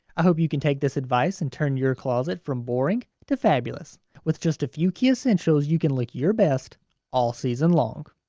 ah hope you can take this advice and turn your closet from boring to fabulous with just a few key essentials you can lick your best all season long